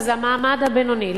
וזה המעמד הבינוני,